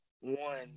one